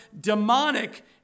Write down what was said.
demonic